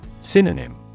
Synonym